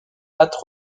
pattes